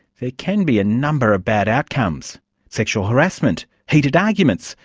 there can be a number of bad outcomes sexual harassment, heated arguments,